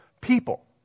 people